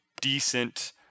decent